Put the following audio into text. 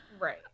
right